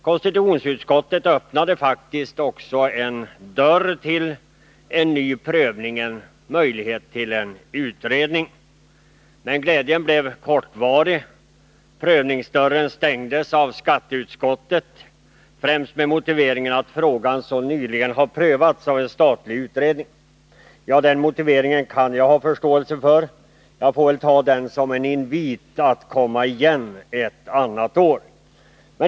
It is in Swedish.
Konstitutionsutskottet öppnade faktiskt också en dörr till en ny prövning: en möjlighet till en utredning. Men glädjen blev kortvarig. Dörren stängdes av skatteutskottet, främst med motiveringen att frågan så nyligen har prövats av en statlig utredning. Denna motivering kan jag ha förståelse för. Jag får väl ta den som en invit att komma igen ett annat år.